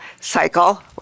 cycle